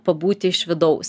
pabūti iš vidaus